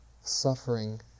suffering